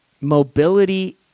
mobility